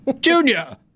Junior